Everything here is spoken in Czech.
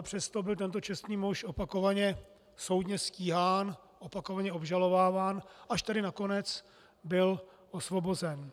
Přesto byl tento čestný muž opakovaně soudně stíhán, opakovaně obžalováván, až tedy nakonec byl osvobozen.